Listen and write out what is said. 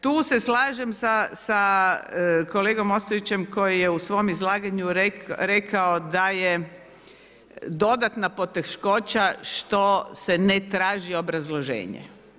Tu se slažem sa kolegom Ostojićem koji je u svom izlaganju rekao da je dodatna poteškoća što se ne traži obrazloženje.